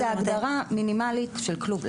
אבל זאת הגדרה מינימלית של כלוב.